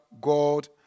God